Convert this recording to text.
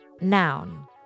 noun